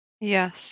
yes